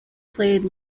played